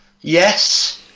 Yes